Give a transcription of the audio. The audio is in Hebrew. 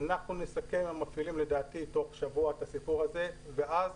לדעתי אנחנו נסכם עם המפעילים תוך שבוע את הסיפור הזה ואז,